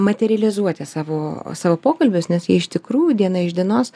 materializuoti savo savo pokalbius nes jie iš tikrųjų diena iš dienos